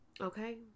Okay